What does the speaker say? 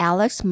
Alex